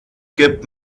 gibt